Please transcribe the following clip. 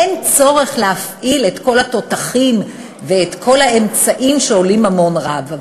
אין צורך להפעיל את כל התותחים ואת כל האמצעים שעולים ממון רב.